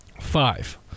Five